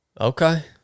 Okay